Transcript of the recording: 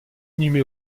inhumé